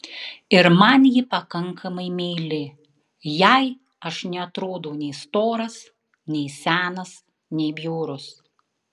ir man ji pakankamai meili jai aš neatrodau nei storas nei senas nei bjaurus